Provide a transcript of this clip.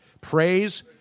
praise